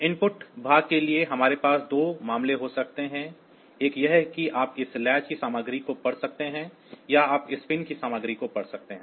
नपुट भाग के लिए हमारे पास दो मामले हो सकते हैं एक यह है कि आप इस लैच की सामग्री को पढ़ सकते हैं या आप इस पिन की सामग्री को पढ़ सकते हैं